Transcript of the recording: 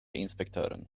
inspektören